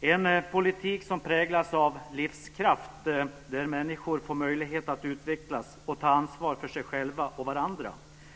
Det är en politik som präglas av - livskraft, där människor får möjlighet att utvecklas och ta ansvar för sig själva och varandra,